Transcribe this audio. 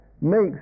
makes